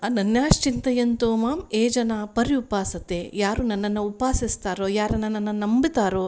ಅನನ್ಯಾಶ್ಚಿಂತಯಂತೋ ಮಾಮ್ ಯೇ ಜನ ಪರ್ಯುಪಾಸತೆ ಯಾರು ನನ್ನನ್ನ ಉಪಾಸಿಸ್ತಾರೊ ಯಾರು ನನ್ನನ್ನ ನಂಬುತ್ತಾರೋ